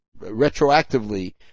retroactively